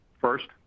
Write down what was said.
First